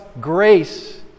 grace